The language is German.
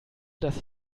dass